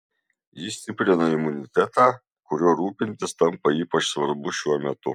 ji stiprina imunitetą kuriuo rūpintis tampa ypač svarbu šiuo metu